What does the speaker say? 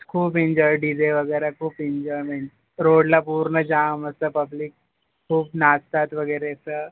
खूप enjoy DJ वगैरे खूप इंजॉयमेंट रोडला पूर्ण जाम मस्त पब्लिक खूप नाचतात वगैरे तर